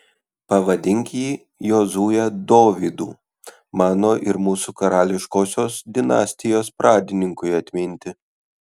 pavadink jį jozue dovydu mano ir mūsų karališkosios dinastijos pradininkui atminti